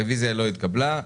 הרביזיה לא התקבלה.